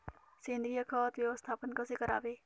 सेंद्रिय खत व्यवस्थापन कसे करावे?